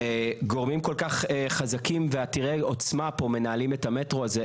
גורמים כל כך חזקים ועתירי עוצמה פה מנהלים את המטרו הזה.